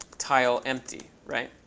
tile empty, right?